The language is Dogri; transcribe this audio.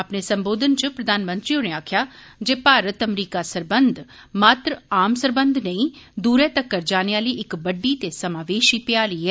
अपने संबोधन च प्रधानमंत्री होरें आक्खेआ जे भारत अमरीका सरबंध आम सरबंघ नेईं दूरै तक्कर जाने आली इक बड्डी ते समावेशी भ्याली ऐ